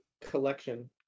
collection